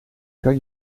kan